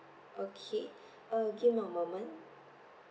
okay uh give me a moment